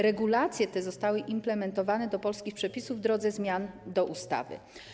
Regulacje te zostały zaimplementowane do polskich przepisów w drodze zmian do ustawy.